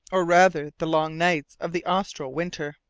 or rather the long nights of the austral winter.